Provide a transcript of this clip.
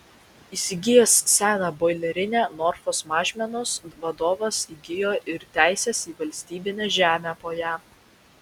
įsigijęs seną boilerinę norfos mažmenos vadovas įgijo ir teises į valstybinę žemę po ja